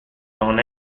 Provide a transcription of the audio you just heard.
non